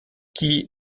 qui